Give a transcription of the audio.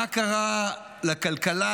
מה קרה לכלכלה?